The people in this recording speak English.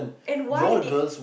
and why did